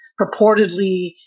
purportedly